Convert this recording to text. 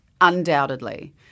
undoubtedly